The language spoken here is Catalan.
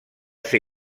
ser